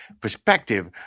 perspective